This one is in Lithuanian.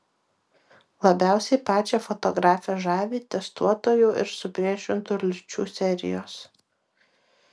labiausiai pačią fotografę žavi testuotojų ir supriešintų lyčių serijos